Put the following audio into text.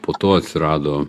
po to atsirado